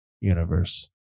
universe